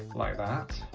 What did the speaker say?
like that,